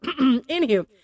Anywho